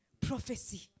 Prophecy